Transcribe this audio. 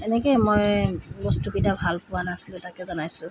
এনেকেই মই বস্তুকেইটা ভাল পোৱা নাছিলোঁ তাকে জনাইছোঁ